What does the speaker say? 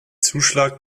zuschlag